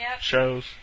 shows